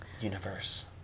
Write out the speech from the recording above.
universe